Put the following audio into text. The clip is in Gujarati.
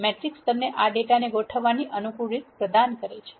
મેટ્રિક્સ તમને આ ડેટાને ગોઠવવાની અનુકૂળ રીત પ્રદાન કરે છે